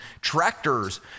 tractors